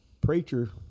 Preacher